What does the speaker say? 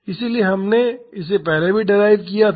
इसलिए हमने इसे पहले भी डेराइव किया था